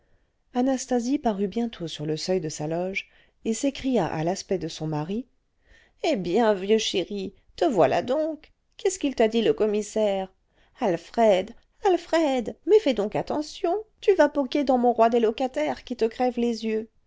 anastasie parut bientôt sur le seuil de sa loge et s'écria à l'aspect de son mari eh bien vieux chéri te voilà donc qu'est-ce qu'il t'a dit le commissaire alfred alfred mais fais donc attention tu vas poquer dans mon roi des locataires qui te crève les yeux